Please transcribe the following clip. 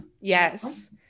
yes